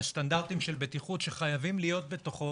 לסטנדרטים של בטיחות שחייבים להיות בתוכו